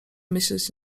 myśleć